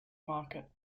market